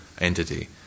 entity